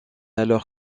alors